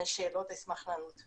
אם יש שאלות אני אשמח לענות.